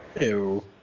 Ew